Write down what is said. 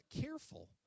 careful